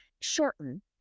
shorten